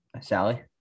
Sally